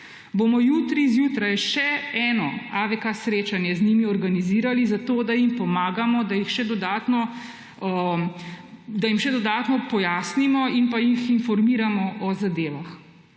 bomo jutri zjutraj še eno srečanje AVK z njimi organizirali, zato da jim pomagamo, da jim še dodatno pojasnimo in pa jih informiramo o zadevah.